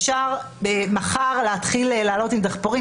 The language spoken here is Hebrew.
אפשר מחר לעלות עם דחפורים,